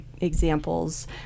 examples